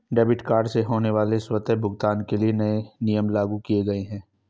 debit card से होने वाले स्वतः भुगतान के लिए नए नियम लागू किये गए है